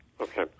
Okay